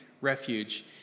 Refuge